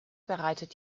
bereitet